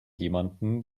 jemanden